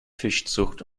fischzucht